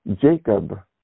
Jacob